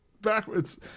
backwards